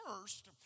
first